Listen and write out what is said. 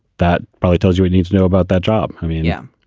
that probably tells you we need to know about that job i mean, yeah,